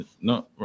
no